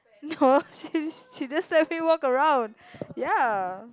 no she she just let me walk around ya